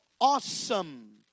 awesome